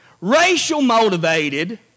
racial-motivated